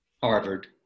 Harvard